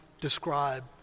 describe